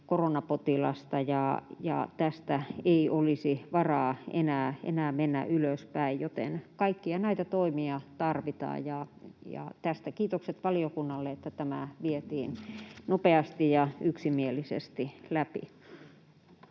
koronapotilasta, ja tästä ei olisi varaa enää mennä ylöspäin, joten kaikkia näitä toimia tarvitaan. Kiitokset valiokunnalle, että tämä vietiin nopeasti ja yksimielisesti läpi.